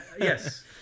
yes